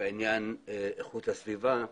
בעניין איכות הסביבה,